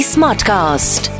Smartcast